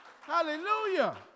Hallelujah